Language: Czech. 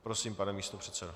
Prosím, pane místopředsedo.